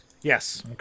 Yes